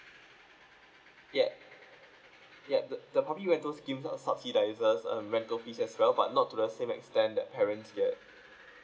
ya yup the the public rental scheme uh subsidise um rental fees as well but not to the same extent that parents get